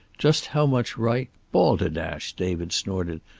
just how much right balderdash! david snorted.